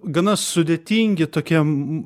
gana sudėtingi tokie